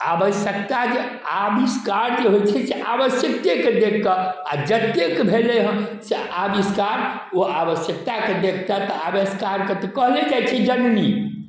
आबश्यकता जे आबिष्कार जे होइ छै से आबश्यकतेके देखके आ जतेक भेलै हँ से आबिष्कार ओ आवश्यकताके देखके तऽ आबिष्कारके तऽ कहले जाइ छै जननी